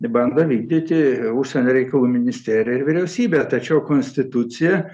bando vykdyti užsienio reikalų ministerija ir vyriausybė tačiau konstitucija